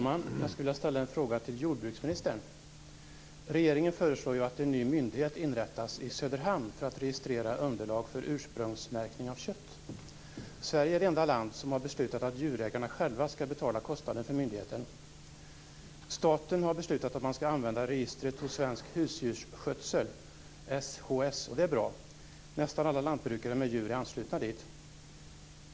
Herr talman! Jag vill ställa en fråga till jordbruksministern. Regeringen föreslår att det skall inrättas en ny myndighet i Söderhamn för att registrera underlag för ursprungsmärkning av kött. Sverige är det enda land som har beslutat att djurägarna själva skall betala kostnaderna för myndigheten. Staten har beslutat att man skall använda registret hos Svensk husdjursskötsel, SHS, och det är bra. Nästan alla lantbrukare med djur är anslutna dit.